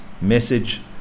message